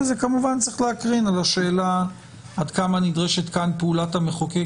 וזה כמובן צריך להקרין על השאלה עד כמה נדרשת כאן פעולת המחוקק